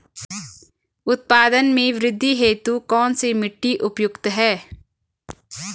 उत्पादन में वृद्धि हेतु कौन सी मिट्टी उपयुक्त है?